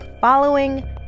following